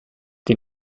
the